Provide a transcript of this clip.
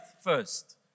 first